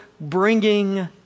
bringing